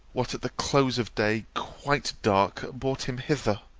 what, at the close of day, quite dark, brought him hither